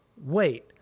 wait